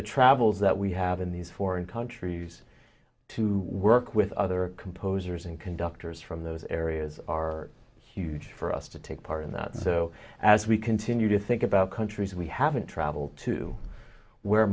the travels that we have in these foreign countries to work with other composers and conductors from those areas are huge for us to take part in that and so as we continue to think about countries we haven't traveled to w